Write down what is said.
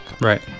right